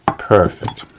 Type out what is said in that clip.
ah perfect.